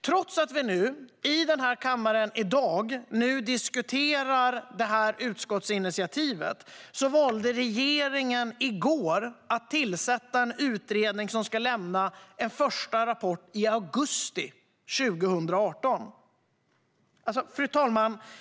Trots att vi i denna kammare i dag nu diskuterar det här utskottsinitiativet valde regeringen i går att tillsätta en utredning som ska lämna en första rapport i augusti 2018. Fru talman!